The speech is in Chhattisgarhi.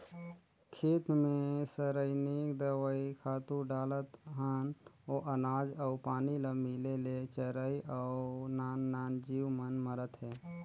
खेत मे रसइनिक दवई, खातू डालत हन ओ अनाज अउ पानी ल पिये ले चरई अउ नान नान जीव मन मरत हे